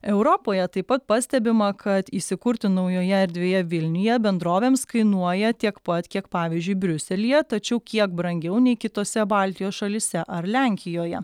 europoje taip pat pastebima kad įsikurti naujoje erdvėje vilniuje bendrovėms kainuoja tiek pat kiek pavyzdžiui briuselyje tačiau kiek brangiau nei kitose baltijos šalyse ar lenkijoje